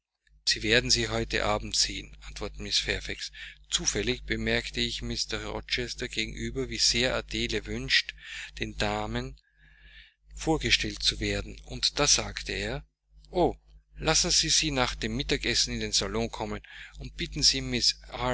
sie werden sie heute abend sehen antwortete mrs fairfax zufällig bemerkte ich mr rochester gegenüber wie sehr adele wünscht den damen vorgestellt zu werden und da sagte er o lassen sie sie nach dem mittagessen in den salon kommen und bitten sie